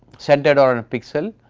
centred over a pixel.